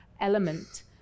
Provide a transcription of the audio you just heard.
element